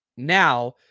Now